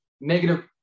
negative